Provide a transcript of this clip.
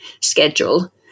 schedule